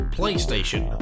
PlayStation